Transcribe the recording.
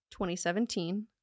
2017